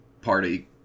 party